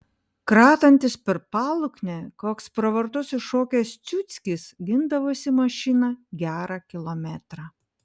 kratantis per paluknę koks pro vartus iššokęs ciuckis gindavosi mašiną gerą kilometrą